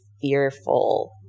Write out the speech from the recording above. fearful